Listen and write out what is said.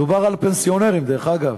דובר על פנסיונרים, דרך אגב.